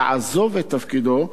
לעזוב את תפקידו,